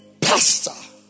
pastor